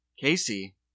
Casey